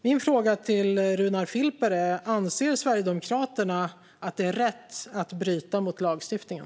Min fråga till Runar Filper är: Anser Sverigedemokraterna att det är rätt att bryta mot lagstiftningen?